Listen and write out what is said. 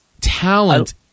talent